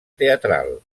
teatral